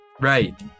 Right